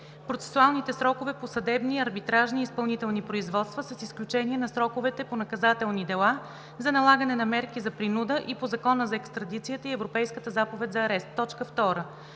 процесуалните срокове по съдебни, арбитражни и изпълнителни производства, с изключение на сроковете по наказателни дела за налагане на мерки за принуда и по Закона за екстрадицията и Европейската заповед за арест;